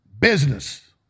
business